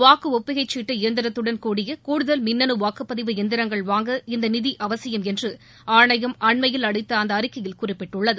வாக்கு ஒப்புகைச்சீட்டு எந்திரத்துடன் கூடிய கூடுதல் மின்னணு வாக்குப்பதிவு எந்திரங்கள் வாங்க இந்த நிதி அவசியம் என்று ஆணையம் அண்மையில் அளித்த அந்த அறிக்கையில் குறிப்பிட்டுள்ளது